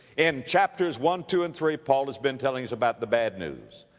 in chapters one, two, and three, paul has been telling us about the bad news,